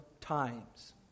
times